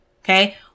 Okay